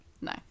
no